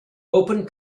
open